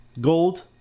gold